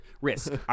risk